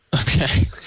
Okay